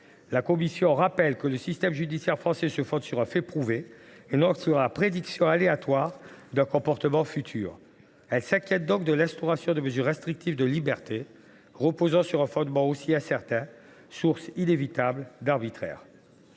La commission rappelle que le système judiciaire français se fonde sur un fait prouvé et non sur la prédiction aléatoire d’un comportement futur. Elle s’inquiète donc de l’instauration de mesures restrictives de liberté reposant sur un fondement aussi incertain, source inévitable d’arbitraire.